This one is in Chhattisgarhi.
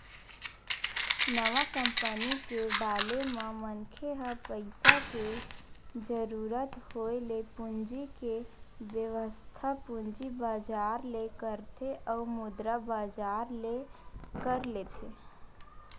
नवा कंपनी के डाले म मनखे ह पइसा के जरुरत होय ले पूंजी के बेवस्था पूंजी बजार ले करथे अउ मुद्रा बजार ले कर लेथे